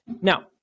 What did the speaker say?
Now